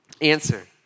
answer